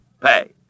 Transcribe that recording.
pay